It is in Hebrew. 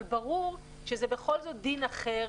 אבל ברור שזה בכל זאת דין אחר,